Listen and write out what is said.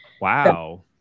Wow